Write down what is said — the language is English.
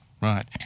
Right